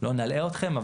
לא נלאה אותכם,